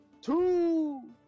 Two